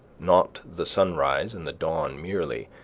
not the sunrise and the dawn merely,